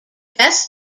best